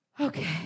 okay